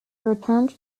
returned